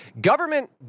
government